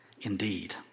indeed